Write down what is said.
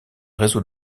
réseau